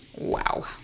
wow